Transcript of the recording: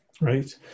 Right